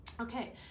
Okay